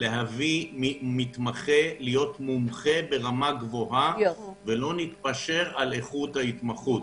להביא מתמחה להיות מומחה ברמה גבוהה ולא נתפשר על איכות ההתמחות.